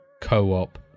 co-op